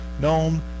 known